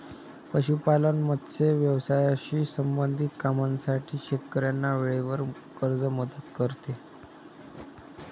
पशुपालन, मत्स्य व्यवसायाशी संबंधित कामांसाठी शेतकऱ्यांना वेळेवर कर्ज मदत करते